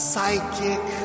Psychic